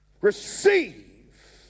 Receive